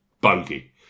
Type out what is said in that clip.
Bogey